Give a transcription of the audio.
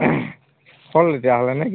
হ'ল তেতিয়াহ'লেনে